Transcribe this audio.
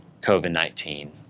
COVID-19